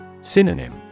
Synonym